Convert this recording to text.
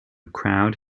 crowd